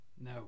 no